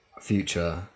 future